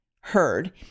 heard